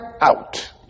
out